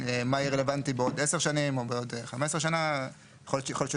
מה יהיה רלוונטי בעוד 10 או 15 שנים יכול להיות שיהיו